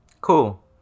Cool